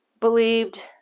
believed